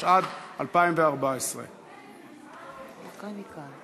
התשע"ד 2014. תודה.